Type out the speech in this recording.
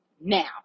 Now